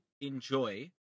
enjoy